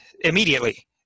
immediately